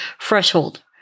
threshold